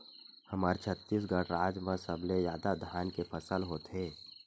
हमर छत्तीसगढ़ राज म सबले जादा धान के फसल होथे